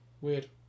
Weird